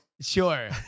Sure